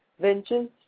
Vengeance